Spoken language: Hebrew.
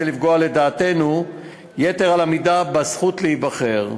לפגוע לדעתנו יתר על המידה בזכות להיבחר.